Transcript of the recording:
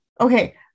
Okay